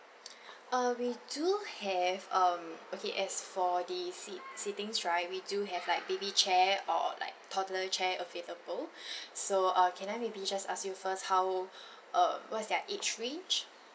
uh we do have um okay as for the seat sittings right we do have like baby chair or like toddler chair available so uh can me just ask you first how uh what's their age range